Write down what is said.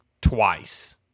twice